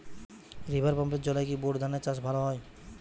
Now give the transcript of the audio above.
River পাম্পের জলে কি বোর ধানের চাষ ভালো হয়?